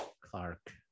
Clark